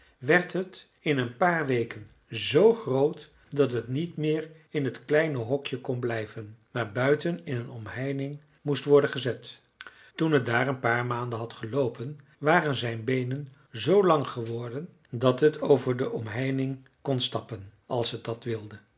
werd het in een paar weken zoo groot dat het niet meer in het kleine hokje kon blijven maar buiten in een omheining moest worden gezet toen het daar een paar maanden had geloopen waren zijn beenen zoo lang geworden dat het over de omheining kon stappen als het dat wilde